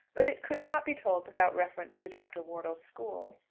but it could not be told without reference to dr. wortle's school,